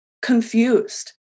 confused